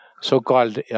so-called